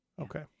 Okay